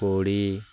କୋଡ଼ି